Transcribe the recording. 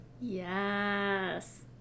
yes